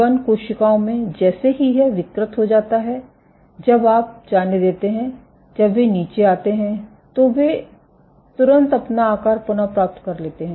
U251 कोशिकाओं में जैसे ही यह विकृत हो जाता है जब आप जाने देते हैं जब वे नीचे आते हैं तो वे तुरंत अपना आकार पुनः प्राप्त कर लेते हैं